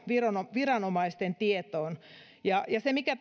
viranomaisten tietoon se mikä